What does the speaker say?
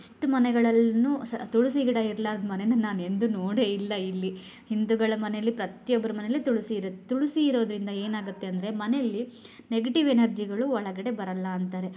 ಇಷ್ಟು ಮನೆಗಳಲ್ಲಿಯೂ ಸ್ ತುಳಸಿ ಗಿಡ ಇರ್ಲಾರ್ದ ಮನೆನ ನಾನೆಂದೂ ನೋಡೇ ಇಲ್ಲ ಇಲ್ಲಿ ಹಿಂದೂಗಳ ಮನೇಲಿ ಪ್ರತಿ ಒಬ್ರ ಮನೇಲು ತುಳಿಸಿ ಇರುತ್ತೆ ತುಳಿಸಿ ಇರೋದರಿಂದ ಏನಾಗುತ್ತೆ ಅಂದರೆ ಮನೇಲಿ ನೆಗೆಟಿವ್ ಎನರ್ಜಿಗಳು ಒಳಗಡೆ ಬರೋಲ್ಲ ಅಂತಾರೆ